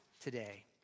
today